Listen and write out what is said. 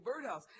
birdhouse